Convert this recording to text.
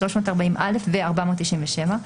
340(א) ו-497.